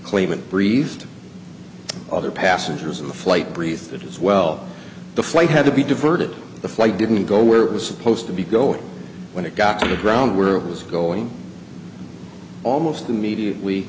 claimant breathed other passengers on the flight breathed it as well the flight had to be diverted the flight didn't go where it was supposed to be going when it got to the ground where it was going almost immediately